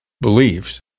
beliefs